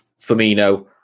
Firmino